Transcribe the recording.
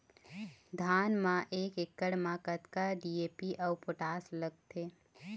धान म एक एकड़ म कतका डी.ए.पी अऊ पोटास लगथे?